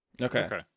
Okay